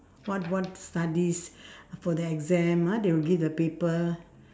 what what studies for the exam ah they will give the paper